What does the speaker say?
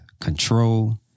control